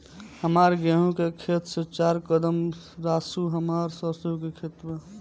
हमार गेहू के खेत से चार कदम रासु हमार सरसों के खेत बा